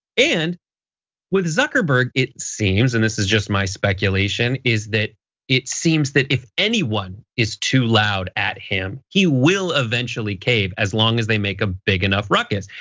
and with zuckerberg, it seems and this is just my speculation, is that it seems that if anyone is too loud at him, he will eventually cave as long as they make a big enough ruckus.